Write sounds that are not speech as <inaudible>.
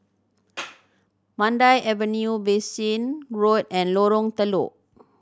<noise> Mandai Avenue Bassein Road and Lorong Telok